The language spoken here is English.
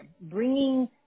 bringing